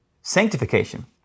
sanctification